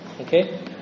Okay